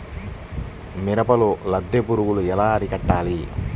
మిరపలో లద్దె పురుగు ఎలా అరికట్టాలి?